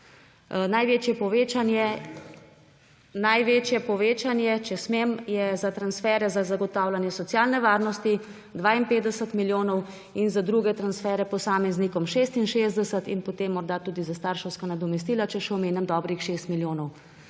Največje povečanje, če smem, je za transfere za zagotavljanje socialne varnosti 52 milijonov in za druge transfere posameznikom 66 in potem morda tudi za starševska nadomestila, če še omenim, dobrih 6 milijonov.